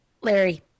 Larry